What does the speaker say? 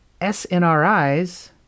SNRIs